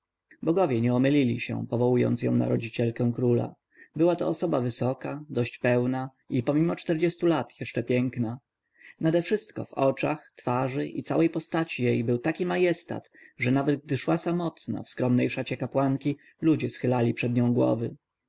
bogowie nie omylili się powołując ją na rodzicielkę króla była to osoba wysoka dość pełna i pomimo czterdziestu lat jeszcze piękna nadewszystko w oczach twarzy i całej postaci jej był taki majestat że nawet gdy szła samotna w skromnej szacie kapłanki ludzie schylali przed nią głowy